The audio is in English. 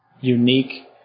unique